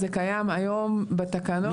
זה קיים היום בתקנות.